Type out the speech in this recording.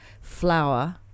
flour